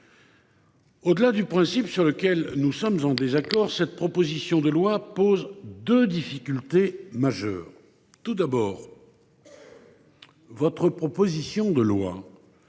Au delà du principe, sur lequel nous sommes en désaccord, cette proposition de loi pose deux difficultés majeures. Tout d’abord, elle aurait pour